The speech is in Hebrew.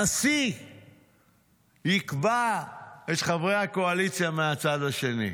הנשיא יקבע את חברי הקואליציה מהצד השני.